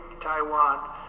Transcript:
taiwan